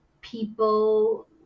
people